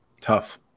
Tough